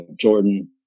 Jordan